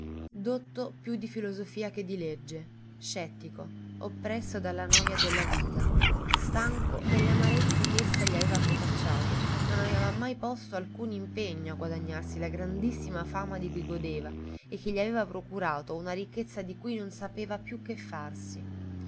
dotto più di filosofia che di legge scettico oppresso dalla noja della vita stanco delle amarezze che essa gli aveva procacciate non aveva mai posto alcun impegno a guadagnarsi la grandissima fama di cui godeva e che gli aveva procurato una ricchezza di cui non sapeva più che farsi